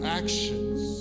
actions